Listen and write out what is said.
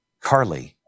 Carly